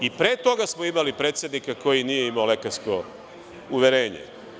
I pre toga smo imali predsednika koji nije imao lekarsko uverenje.